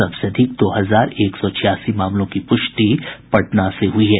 सबसे अधिक दो हजार एक सौ छियासी मामलों की पुष्टि पटना से हुई है